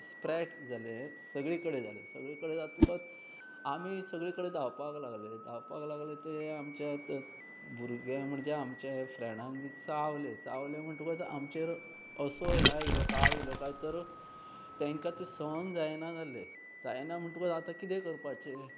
spread जाले सगळी कडेन जाले सगळे कडेन जातकच आमी सगळी कडेन धांवपाक लागले धांवपाक लागले ते आमच्यात भुरगे म्हणजे आमचे फ्रँडांक बी चावले चावले म्हणटकच आमचेर असो ह्या इलो काळ इलो काय तर तेंकां तें सहन जायना जालें जायना म्हणटकच आतां कितें करपाचें